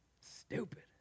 Stupid